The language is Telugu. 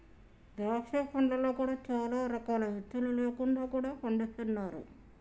ద్రాక్ష పండ్లలో కూడా చాలా రకాలు విత్తులు లేకుండా కూడా పండిస్తున్నారు